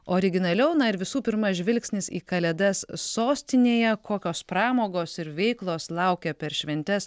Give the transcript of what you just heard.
originaliau na ir visų pirma žvilgsnis į kalėdas sostinėje kokios pramogos ir veiklos laukia per šventes